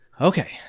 Okay